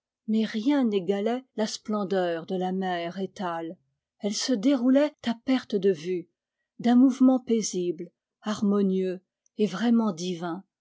mais rien n'égalait la splendeur de la mer étale elle se déroulait à perte de vue d'un mouvement paisible harmonieux et vraiment divin